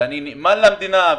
ואני נאמן למדינה,